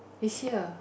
this year